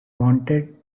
wanted